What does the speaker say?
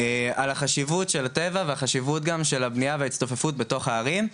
על החשיבות של הטבע והחשיבות גם של הבנייה וההצטופפות בתוך הערים.